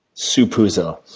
sue puzo.